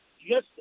yes